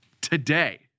today